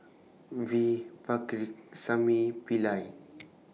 V Pakirisamy Pillai